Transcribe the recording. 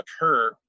occur